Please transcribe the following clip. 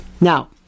Now